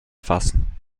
fassen